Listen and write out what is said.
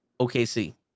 OKC